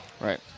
Right